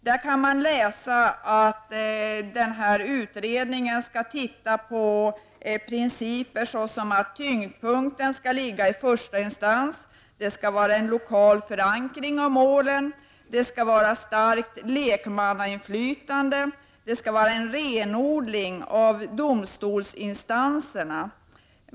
Där kan man läsa att denna utredning skall se över principer, t.ex. att tyngdpunkten skall ligga i första instans, att det skall vara en lokal förankring av målen, att det skall vara ett starkt lekmannainflytande och att det skall vara en renodling av domstolsinstanserna.